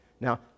Now